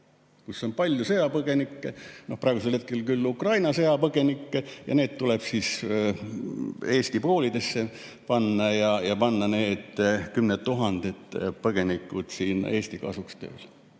kus on palju sõjapõgenikke, praegusel hetkel siis Ukraina sõjapõgenikke, ja need tuleb eesti koolidesse panna ja panna need kümned tuhanded põgenikud siin Eesti kasuks tööle.